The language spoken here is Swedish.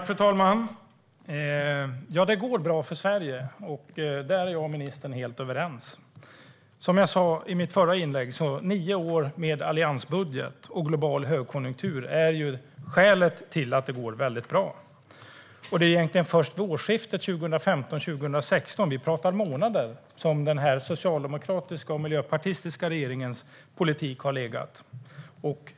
Fru talman! Ja, det går bra för Sverige. Det är jag och ministern helt överens om. Som jag sa i mitt förra inlägg: Nio år med alliansbudget och global högkonjunktur är skälet till att det går väldigt bra. Det är egentligen först från årsskiftet 2015/16 - vi pratar om månader - som den socialdemokratiska och miljöpartistiska regeringens politik har legat.